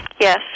Yes